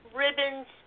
ribbons